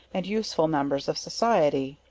and useful members of society.